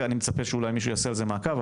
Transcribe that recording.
כי אני מצפה שאולי מישהו יעשה על זה מעקב.